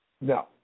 No